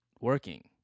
working